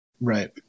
Right